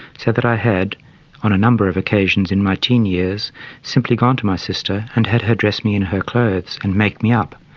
so that i had on a number of occasions in my teen years simply gone to my sister and had her dress me in her clothes and make me up.